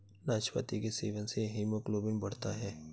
नाशपाती के सेवन से हीमोग्लोबिन बढ़ता है